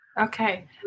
Okay